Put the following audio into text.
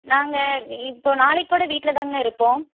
நாங்கள் இப்போது நாளைக்குக்கூட வீட்டுலதாங்கண்ணா இருப்போம்